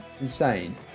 Insane